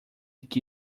que